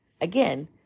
Again